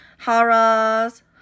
Hara's